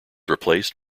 replaced